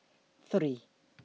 three